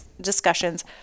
discussions